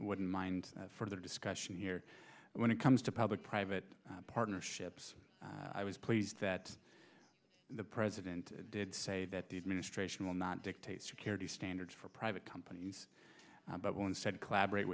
wouldn't mind for the discussion here when it comes to public private partnerships i was pleased that the president did say that the administration will not dictate security standards for private companies but one said collaborate